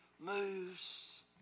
moves